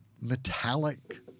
metallic